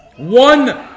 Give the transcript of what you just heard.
One